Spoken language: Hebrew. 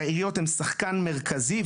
שהעיריות הן שחקן מרכזי,